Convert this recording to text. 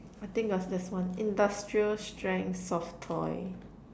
I think of this one industrial strength soft toy